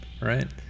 right